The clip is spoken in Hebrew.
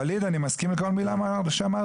ווליד אני מסכים עם כל מילה ממה שאמרת,